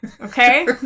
okay